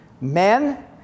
men